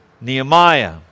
Nehemiah